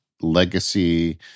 legacy